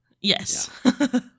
Yes